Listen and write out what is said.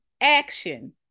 action